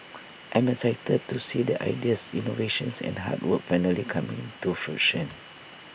I'm excited to see the ideas innovations and hard work finally coming to fruition